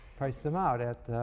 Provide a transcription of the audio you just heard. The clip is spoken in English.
priced them out at